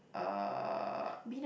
uh